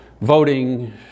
voting